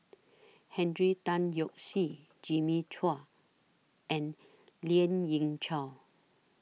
Hendrick Tan Yoke See Jimmy Chua and Lien Ying Chow